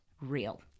real